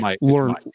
learn